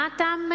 מה הטעם?